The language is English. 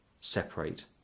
separate